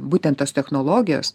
būtent tos technologijos